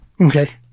Okay